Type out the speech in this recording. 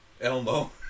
Elmo